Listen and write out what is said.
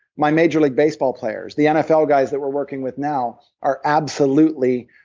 my major league baseball players, the nfl guys that we're working with now, are absolutely.